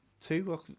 two